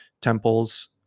temples